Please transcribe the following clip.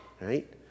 Right